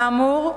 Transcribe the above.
כאמור,